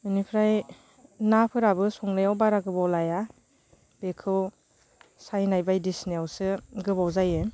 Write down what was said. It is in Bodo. बेनिफ्राय नाफोराबो संनायाव बारा गोबाव लाया बेखौ सायनाय बायदिसिनायावसो गोबाव जायो